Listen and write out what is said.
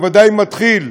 בוודאי מתחיל,